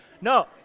No